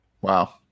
Wow